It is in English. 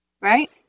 right